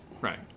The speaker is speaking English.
right